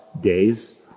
days